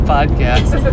Podcast